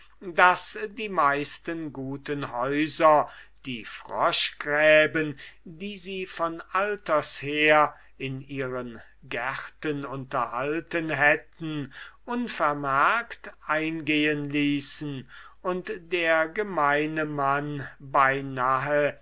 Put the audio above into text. daß die meisten guten häuser die froschgräben die sie von alters her in ihren gärten unterhalten hätten unvermerkt eingehen ließen und daß der gemeine mann beinahe